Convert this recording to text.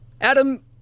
Adam